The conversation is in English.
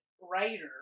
writer